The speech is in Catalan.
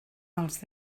els